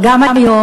אבל גם היום,